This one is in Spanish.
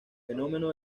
fenómeno